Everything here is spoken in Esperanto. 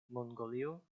mongolio